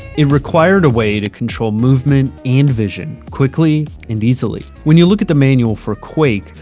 it required a way to control movement and vision quickly and easily. when you look at the manual for quake,